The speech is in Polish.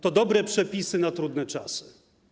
To dobre przepisy na trudne czasy.